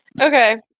Okay